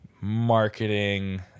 marketing